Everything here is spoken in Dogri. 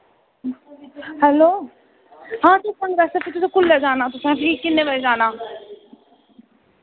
हैल्लो हां सतसंग आस्तै फ्ही तुसैं कुसलै जाना तुसैं फ्ही किन्ने बजे जाना